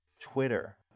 Twitter